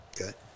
Okay